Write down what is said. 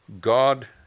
God